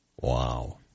Wow